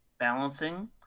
balancing